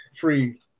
free